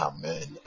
Amen